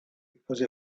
because